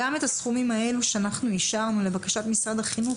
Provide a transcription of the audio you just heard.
גם את הסכומים האלו שאנחנו אישרנו לבקשת משרד החינוך,